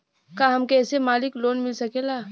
का हमके ऐसे मासिक लोन मिल सकेला?